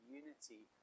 unity